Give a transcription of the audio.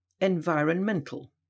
environmental